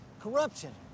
Corruption